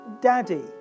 daddy